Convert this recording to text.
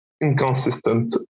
inconsistent